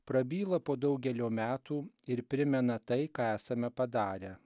prabyla po daugelio metų ir primena tai ką esame padarę